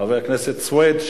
חבר הכנסת סוייד,